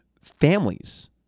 families